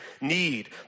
need